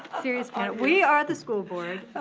serious panel. we are the school board.